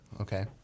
Okay